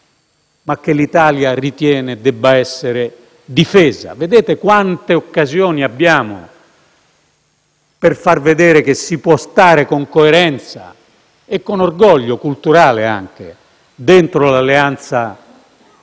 ma l'Italia ritiene debba essere difesa. Vedete quante occasioni abbiamo per far vedere che si può stare con coerenza e orgoglio culturale dentro l'Alleanza e